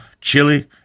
chili